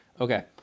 Okay